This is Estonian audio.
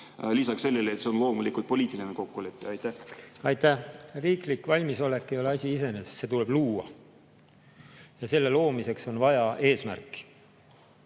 Lisaks sellele, et see on loomulikult poliitiline kokkulepe. Aitäh! Riiklik valmisolek ei ole asi iseeneses, see tuleb luua. Ja selle loomiseks on vaja eesmärki.